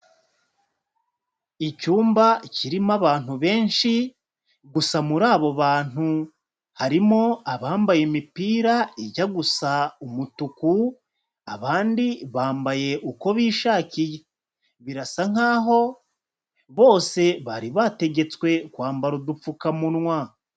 Icyumba kirimo abantu benshi gusa muri abo bantu harimo abambaye imipira ijya gusa umutuku, abandi bambaye uko bishakiye, birasa nk'aho bose bari bategetswe kwambara udupfukamunwa.